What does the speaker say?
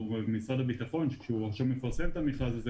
או משרד הביטחון כשהוא מפרסם את המכרז הזה,